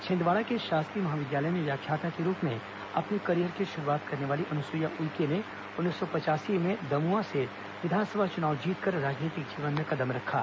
छिंदवाड़ा के शासकीय महाविद्यालय में व्याख्याता के रूप में अपने करियर की शुरूआत करने वाली अनुसुईया उइके ने उन्नीस सौ पचासी में दमुआ से विधानसभा चुनाव जीतकर राजनीतिक जीवन में कदम रखा